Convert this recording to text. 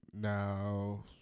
Now